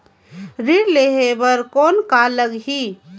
ऋण लेहे बर कौन का लगही?